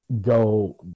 go